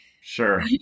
Sure